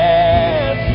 Yes